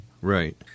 Right